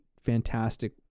fantastic